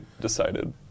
decided